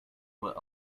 were